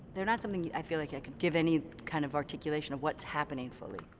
they're not something i feel like i can give any kind of articulation of what's happening fully.